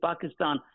Pakistan